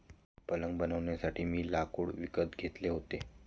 पलंग बनवण्यासाठी मी लाकूड विकत घेतले होते